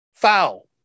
Foul